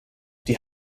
die